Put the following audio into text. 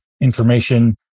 information